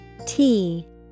-T